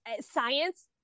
science